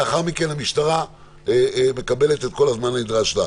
ולאחר מכן המשטרה מקבלת את כל הזמן הנדרש לה.